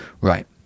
Right